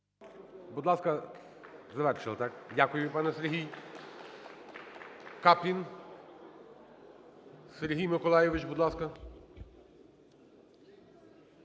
Будь ласка, завершили, так? Дякую, пане Сергій. Каплін Сергій Миколайович, будь ласка.